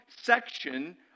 section